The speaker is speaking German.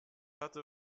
hatte